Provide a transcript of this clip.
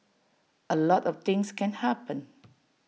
A lot of things can happen